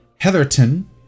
Heatherton